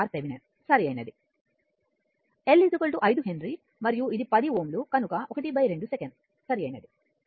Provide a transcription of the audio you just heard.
L 5 henry మరియు ఇది 10 Ω కనుక ½ సెకను సరైనది